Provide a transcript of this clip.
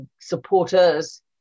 supporters